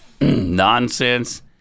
nonsense